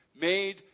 made